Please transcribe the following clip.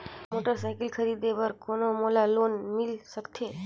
Motorcycle खरीदे बर कौन मोला लोन मिल सकथे?